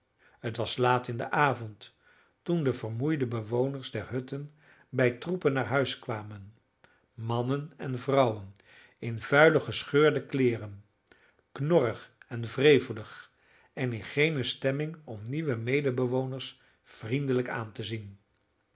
het was laat in den avond toen de vermoeide bewoners der hutten bij troepen naar huis kwamen mannen en vrouwen in vuile gescheurde kleeren knorrig en wrevelig en in geene stemming om nieuwe medebewoners vriendelijk aan te zien